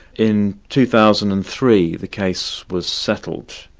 in two thousand and three, the case was settled,